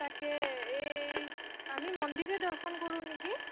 তাকে এই আমি মন্দিৰে দৰ্শন কৰোঁ নেকি